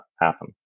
happen